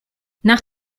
nach